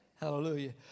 Hallelujah